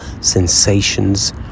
sensations